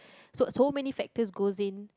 so so many factors goes in